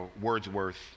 Wordsworth